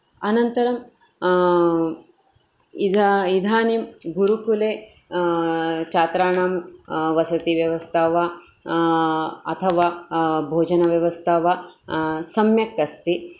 अनन्तरम् इद इदानीं गुरुकुले छात्राणां वसतिव्यस्था वा अथवा भोजनव्यवस्था वा सम्यक् अस्ति